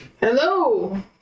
Hello